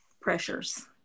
pressures